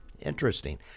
interesting